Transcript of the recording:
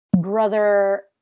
brother